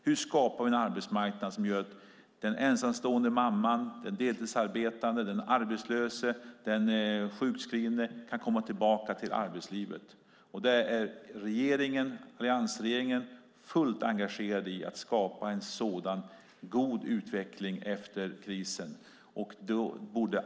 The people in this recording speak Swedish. Hur skapar vi en arbetsmarknad som gör att den ensamstående mamman, den deltidsarbetande, den arbetslöse och den sjukskrivne kan komma tillbaka till arbetslivet? Alliansregeringen är fullt engagerad i att skapa en sådan utveckling efter krisen.